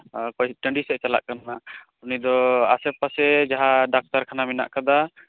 ᱟᱨ ᱚᱠᱚᱭ ᱴᱟ ᱰᱤ ᱥᱮᱜ ᱪᱟᱞᱟᱜ ᱠᱟᱱᱟ ᱩᱱᱤ ᱫᱚ ᱟᱥᱮ ᱯᱟᱥᱮ ᱡᱟᱦᱟᱸ ᱰᱟᱠᱛᱟᱨ ᱠᱷᱟᱱᱟ ᱢᱮᱱᱟᱜ ᱠᱟᱫᱟ